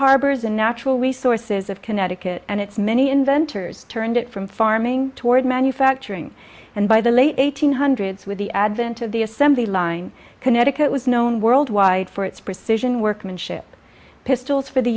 harbors and natural resources of connecticut and its many inventors turned it from farming toward manufacturing and by the late one thousand nine hundred so with the advent of the assembly line connecticut was known worldwide for its precision workmanship pistols for the